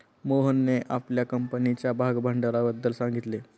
मोहनने आपल्या कंपनीच्या भागभांडवलाबद्दल सांगितले